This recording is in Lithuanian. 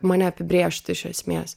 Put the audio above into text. mane apibrėžt iš esmės